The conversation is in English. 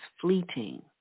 fleeting